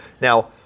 Now